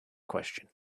question